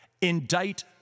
Indict